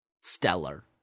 stellar